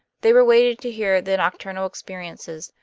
they were waiting to hear the nocturnal experiences,